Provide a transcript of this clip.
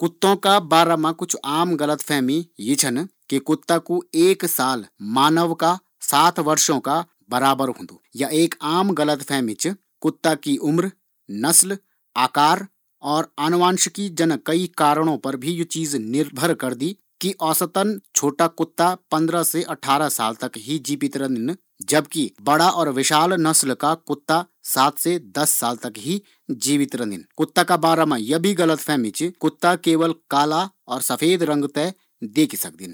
कुत्तो का बारा मा कुछ आम गलतफहमी छन कि कुत्ता कु एक साल मानव का सात सालो का बराबर होन्दु। या एक आम गलत फहमी च, कुत्ता की उम्र वेकी नस्ल आकार और अनुवंशिक कई कारण छन कि औसतन छोटा कुत्ता पंद्रह से अट्ठारह साल तक ही जीवित रंदीन जबकि बड़ा कुत्तो की उम्र सात से दस साल होंदी।